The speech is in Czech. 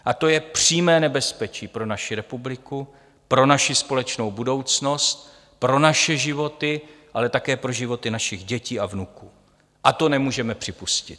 A to je přímé nebezpečí pro naši republiku, pro naši společnou budoucnost, pro naše životy, ale také pro životy našich dětí a vnuků, a to nemůžeme připustit.